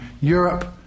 Europe